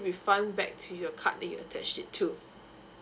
refund back to your card that you attach it to